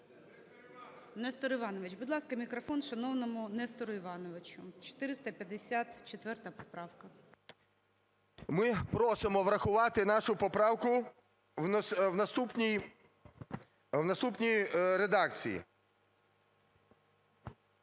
Нестор Іванович. Будь ласка, мікрофон шановному Нестору Івановичу. 454 поправка. 16:54:50 ШУФРИЧ Н.І. Ми просимо врахувати нашу поправку в наступній редакції: